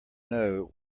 know